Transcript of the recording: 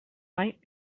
might